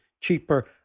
cheaper